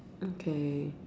okay